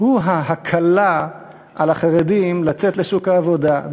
הוא ההקלה על החרדים לצאת לשוק העבודה.